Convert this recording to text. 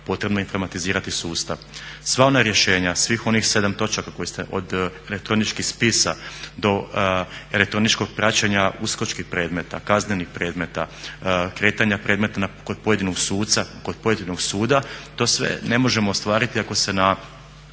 potrebno je informatizirati sustav. Sva ona rješenja, svih onih 7 točaka koje ste od elektroničkih spisa do elektroničkog praćenja uskočkih predmeta, kaznenih predmeta, kretanja predmeta kod pojedinog suca, kod pojedinog suda, to sve ne možemo ostvariti ako se na